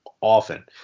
often